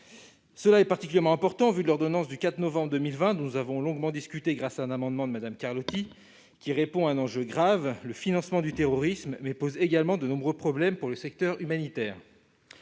C'est particulièrement important au regard de l'ordonnance du 4 novembre 2020, dont nous avons longuement discuté grâce à un amendement de Mme Carlotti. Le dispositif répond à un enjeu grave, le financement du terrorisme, mais pose également de nombreux problèmes pour le secteur humanitaire.